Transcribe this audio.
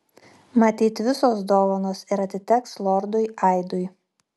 matyt visos dovanos ir atiteks lordui aidui